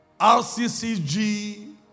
RCCG